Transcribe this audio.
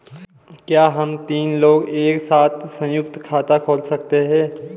क्या हम तीन लोग एक साथ सयुंक्त खाता खोल सकते हैं?